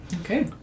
Okay